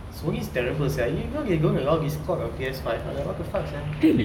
Sony is terrible sia you know they don't allow discord on P_S five I'm like what the fuck sia